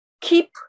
keep